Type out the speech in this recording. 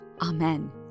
Amen